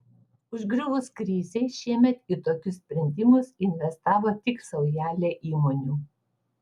užgriuvus krizei šiemet į tokius sprendimus investavo tik saujelė įmonių